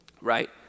right